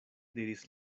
diris